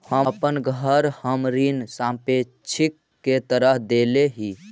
अपन घर हम ऋण संपार्श्विक के तरह देले ही